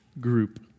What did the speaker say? group